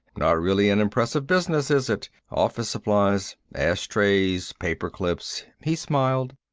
not really an impressive business, is it? office supplies. ashtrays, paper clips. he smiled.